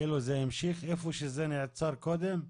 זה המשיך איפה שזה נעצר קודם?